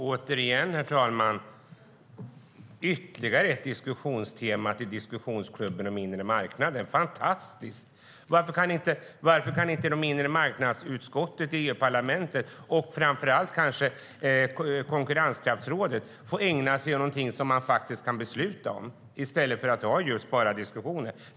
Herr talman! Återigen: Ytterligare ett diskussionstema till diskussionsklubben om inre marknaden - fantastiskt! Varför kan inte inremarknadsutskottet i EU-parlamentet och kanske framför allt Konkurrenskraftsrådet få ägna sig åt något som man faktiskt kan besluta om, i stället för att bara ha just diskussioner?